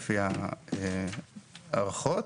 לפי ההערכות.